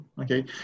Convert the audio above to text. okay